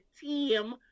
team